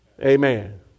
Amen